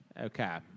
Okay